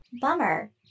Bummer